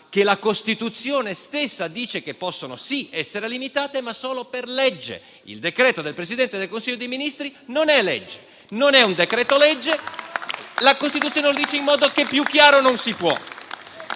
che la Costituzione stessa dice che possono, sì, essere limitate, ma solo per legge. Il decreto del Presidente del Consiglio dei ministri non è legge, non è un decreto-legge: la Costituzione lo dice in modo che più chiaro non si può.